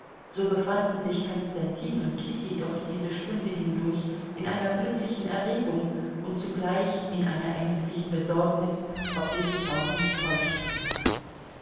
so befanden sich konstantin und kitty doch diese stunde hindurch in einer glücklichen erregung und zugleich in einer ängstlichen besorgnis ob sie sich auch nicht täuschten